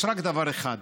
יש רק דבר אחד